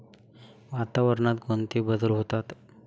वातावरणात कोणते बदल होतात?